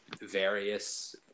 various